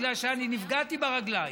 בגלל שאני נפגעתי ברגליים,